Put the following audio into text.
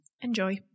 Enjoy